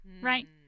right